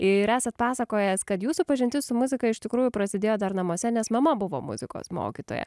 ir esat pasakojęs kad jūsų pažintis su muzika iš tikrųjų prasidėjo dar namuose nes mama buvo muzikos mokytoja